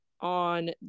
on